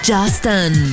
Justin